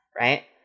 right